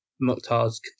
Mukhtar's